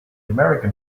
american